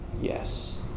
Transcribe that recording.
Yes